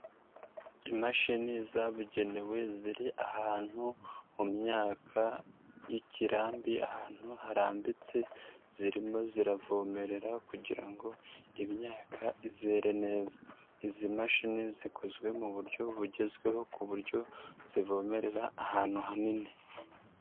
Imashini zabugenewe ziri ahantu mu myaka y'ikirambi ahantu harambitse zirimo ziravomerera kugira ngo imyaka izere neza, izi mashini zikozwe mu buryo bugezweho ku buryo zivomerera ahantu hanini.